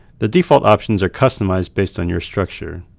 the default options are customized based on your structure.